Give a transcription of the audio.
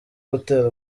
gutera